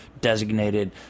designated